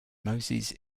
moses